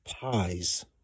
Pies